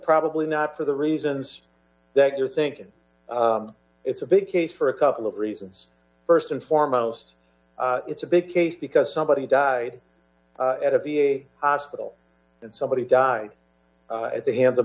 probably not for the reasons that you're thinking it's a big case for a couple of reasons st and foremost it's a big case because somebody died at a v a hospital and somebody died at the hands of